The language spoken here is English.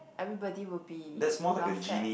everybody will be well fed